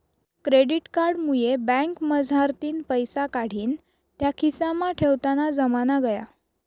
credit card मुये बँकमझारतीन पैसा काढीन त्या खिसामा ठेवताना जमाना गया